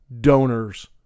donors